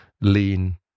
lean